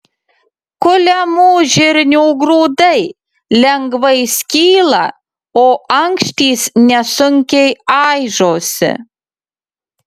kuliamų žirnių grūdai lengvai skyla o ankštys nesunkiai aižosi